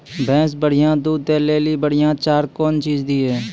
भैंस बढ़िया दूध दऽ ले ली बढ़िया चार कौन चीज दिए?